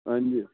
ਹਾਂਜੀ